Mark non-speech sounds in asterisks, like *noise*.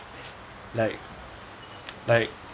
like *noise* like